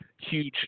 huge